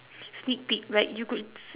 sneak peek right you could s~